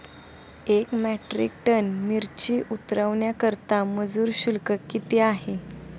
एक metric tonne मिरची उतरवण्याकरता मजुर शुल्क किती आहे?